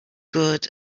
good